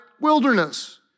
wilderness